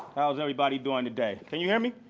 how is everybody doing today? can you hear me?